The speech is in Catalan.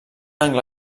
angle